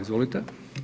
Izvolite.